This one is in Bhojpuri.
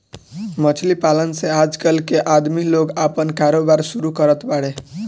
मछली पालन से आजकल के आदमी लोग आपन कारोबार शुरू करत बाड़े